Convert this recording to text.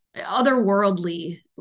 otherworldly